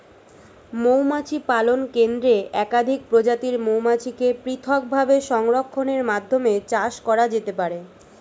মৌমাছি পালন কেন্দ্রে একাধিক প্রজাতির মৌমাছিকে পৃথকভাবে সংরক্ষণের মাধ্যমে চাষ করা যেতে পারে